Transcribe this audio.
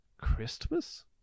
Christmas